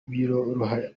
biroroha